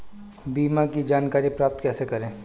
बीमा की जानकारी प्राप्त कैसे करें?